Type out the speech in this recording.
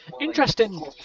interesting